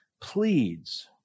pleads